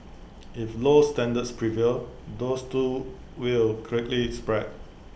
if low standards prevail those too will quickly spread